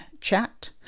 chat